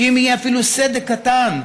כי אם יהיה אפילו סדק קטן,